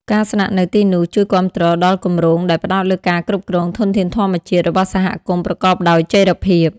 ការស្នាក់នៅទីនោះជួយគាំទ្រដល់គម្រោងដែលផ្តោតលើការគ្រប់គ្រង ធនធានធម្មជាតិ របស់សហគមន៍ប្រកបដោយចីរភាព។